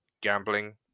gambling